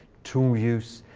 tool use.